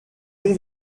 non